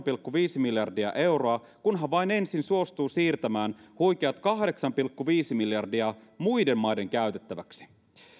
pilkku viisi miljardia euroa kunhan vain ensin suostuu siirtämään huikeat kahdeksan pilkku viisi miljardia muiden maiden käytettäväksi